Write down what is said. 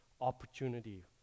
opportunity